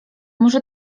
może